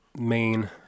main